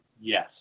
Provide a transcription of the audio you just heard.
yes